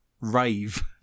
Rave